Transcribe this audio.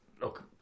look